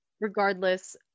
regardless